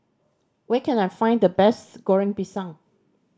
where can I find the best Goreng Pisang